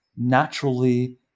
naturally